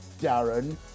Darren